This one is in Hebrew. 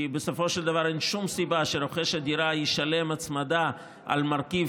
כי בסופו של דבר אין שום סיבה שרוכש הדירה ישלם הצמדה על מרכיב